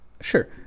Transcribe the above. sure